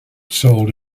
sold